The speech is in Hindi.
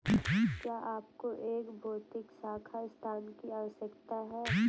क्या आपको एक भौतिक शाखा स्थान की आवश्यकता है?